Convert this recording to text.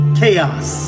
chaos